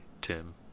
Tim